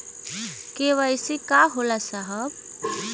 KYC का होला साहब?